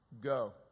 Go